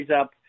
up